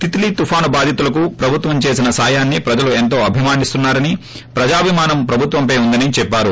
తితలీ బాధితులకు ప్రభుత్వం చేసిన సాయాన్ని ప్రజలు ఎంతో అభిమానిస్తున్నా రని ప్రజాభిమానం ప్రభుత్వంపై ఉందని చెప్పారు